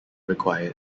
required